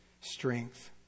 strength